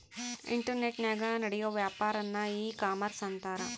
ಇಂಟರ್ನೆಟನಾಗ ನಡಿಯೋ ವ್ಯಾಪಾರನ್ನ ಈ ಕಾಮರ್ಷ ಅಂತಾರ